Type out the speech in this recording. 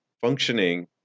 functioning